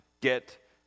get